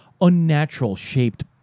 unnatural-shaped